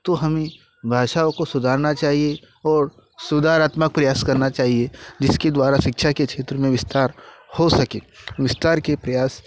तो हमें भाषाओं को सुधारना चाहिए और सुधारात्मक प्रयास करना चाहिए जिसके द्वारा सिक्षा के क्षेत्र में विस्तार हो सके विस्तार के प्रयास